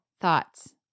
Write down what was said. Thoughts